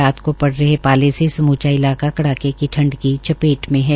रात को पड़ रहे पाले से सूमचा इलाका कड़ाके की ठंड की चपेट में है